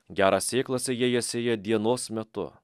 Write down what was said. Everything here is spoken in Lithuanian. gerą sėklą sėjėjas sėja dienos metu